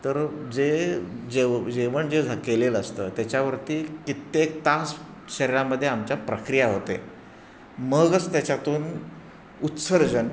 तर जे जेव जेवण जे झा केलेलं असतं त्याच्यावरती कित्येक तास शरीरामध्ये आमच्या प्रक्रिया होते मगच त्याच्यातून उत्सर्जन